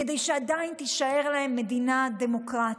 כדי שעדיין תישאר להם מדינה דמוקרטית,